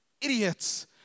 idiots